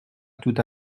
tout